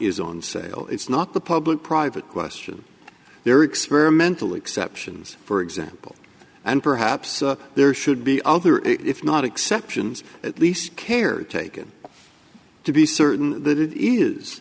is on sale it's not the public private question there experimentally exceptions for example and perhaps there should be other if not exceptions at least cared taken to be certain that it is